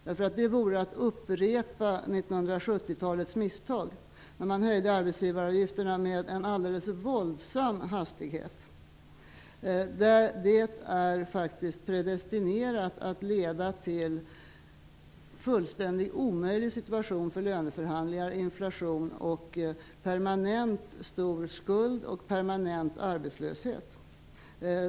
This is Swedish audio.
Det vore att upprepa 1970-talets misstag, när man höjde arbetsgivaravgifterna med en våldsam hastighet. Det är faktiskt predestinerat att leda till en fullständigt omöjlig situation för löneförhandlingar, till inflation och till permanent arbetslöshet.